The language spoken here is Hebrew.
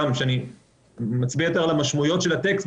כשאני מצביע יותר על המשמעויות של הטקסט,